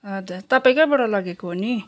हजुर तपाईँकैबाट लगेको हो नि